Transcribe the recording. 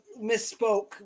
misspoke